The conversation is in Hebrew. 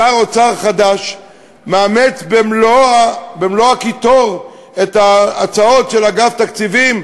שר אוצר חדש מאמץ במלוא הקיטור את ההצעות של אגף תקציבים,